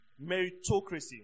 meritocracy